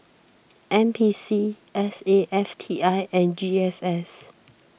N P C S A F T I and G S S